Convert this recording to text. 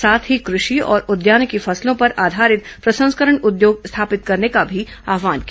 साथ ही कृषि और उद्यानिकी फसलों पर आधारित प्रसंस्करण उद्योग स्थापित करने का भी आहवान किया